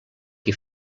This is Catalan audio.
que